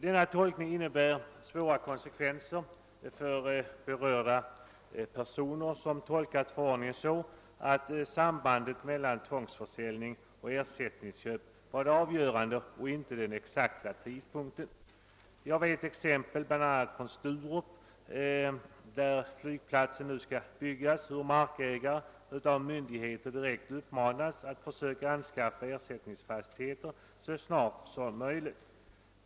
Denna tolkning innebär svåra ekonomiska konsekvenser för berörda personer som tolkat förordningen så, att sambandet mellan tvångsförsäljning och ersättningsköp var det avgörande och inte den exakta tidpunkten. Jag känner till exempel bl.a. från Sturup, där flygplatsen nu skall byggas, på att mark ägare av myndigheter direkt uppmanats att försöka anskaffa ersättningsfastigheter så snart som möjligt.